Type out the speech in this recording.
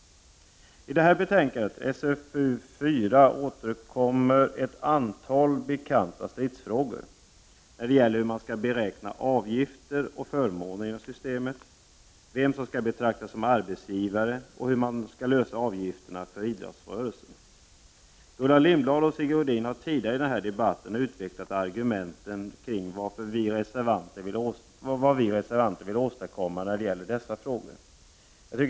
I betänkandet SfU4 återkommer ett antal bekanta stridsfrågor när det gäller hur man skall beräkna avgifter och förmåner inom systemet, vem som skall betraktas som arbetsgivare och hur man skall lösa frågan om avgifterna för idrottsrörelsen. Gullan Lindblad och Sigge Godin har tidigare i debatten utvecklat argumenten kring vad vi reservanter vill åstadkomma när det gäller dessa frågor.